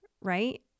right